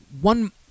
one